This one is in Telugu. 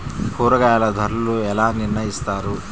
కూరగాయల ధరలు ఎలా నిర్ణయిస్తారు?